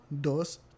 dos